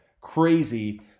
crazy